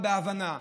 בהבנה.